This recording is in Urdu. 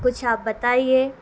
کچھ آپ بتائیے